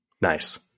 Nice